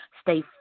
Stay